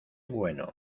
bueno